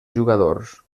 jugadors